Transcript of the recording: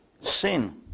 sin